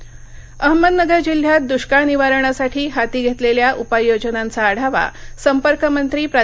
दष्काळ अहमदनगर अहमदनगर जिल्ह्यात दूष्काळ निवारणासाठी हाती घेतलेल्या उपाययोजनांचा आढावा संपर्क मंत्री प्रा